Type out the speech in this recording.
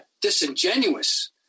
disingenuous